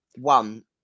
one